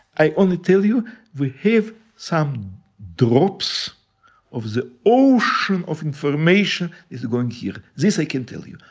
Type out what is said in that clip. i only tell you we have some drops of the ocean of information, is going here. this i can tell you.